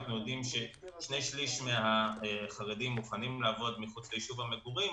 אנחנו יודעים ששני שליש מהחרדים מוכנים לעבוד מחוץ ליישוב המגורים,